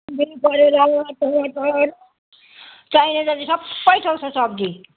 टमाटर चाहिने जति सब थोक छ सब्जी